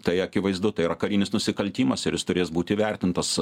tai akivaizdu tai yra karinis nusikaltimas ir jis turės būti įvertintas